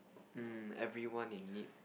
um everyone in need